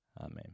Amen